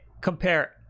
compare